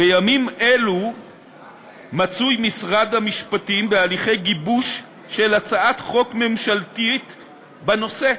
בימים אלו מצוי משרד המשפטים בהליכי גיבוש של הצעת חוק ממשלתית בנושא.